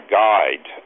guide